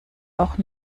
auch